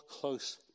close